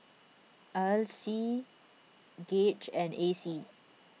Ardyce Gauge and Acey